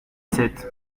sept